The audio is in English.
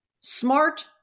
smart